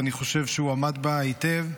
ואני חושב שהוא עמד בה היטב.